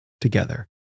together